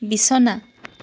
বিছনা